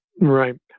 right